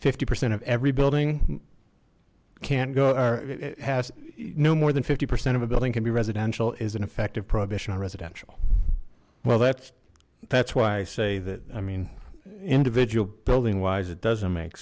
fifty percent of every building can't go our it has no more than fifty percent of a building can be residential is an effective prohibition on residential well that's that's why i say that i mean individual building wise it doesn't make